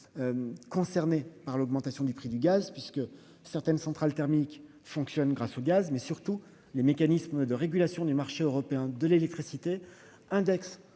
concerné par l'augmentation du prix du gaz, puisque certaines centrales thermiques fonctionnent grâce au gaz. Surtout, les mécanismes de régulation du marché européen de l'électricité indexent